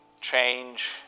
change